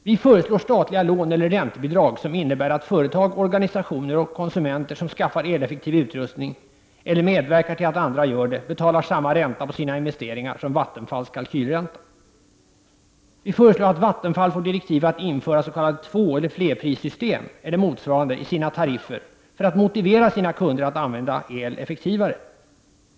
Vi föreslår statliga lån eller räntebidrag som innebär att företag, organisationer och konsumenter som skaffar eleffektiv utrustning eller medverkar till att andra gör det, betalar en ränta på sina investeringar som kan jämföras med Vattenfalls kalkylränta. Vi föreslår att Vattenfall får direktiv att införa s.k. tvåeller flerprissystem eller motsvarande i sina tariffer i syfte att motivera sina kunder att använda el effektivare.